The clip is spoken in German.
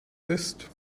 ist